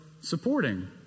supporting